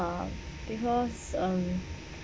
because um